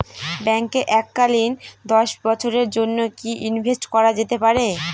ব্যাঙ্কে এককালীন দশ বছরের জন্য কি ইনভেস্ট করা যেতে পারে?